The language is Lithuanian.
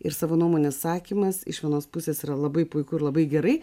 ir savo nuomonės sakymas iš vienos pusės yra labai puiku ir labai gerai